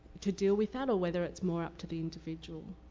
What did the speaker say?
to deal with that or whether it's more up to the individual.